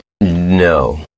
No